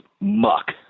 muck